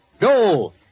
go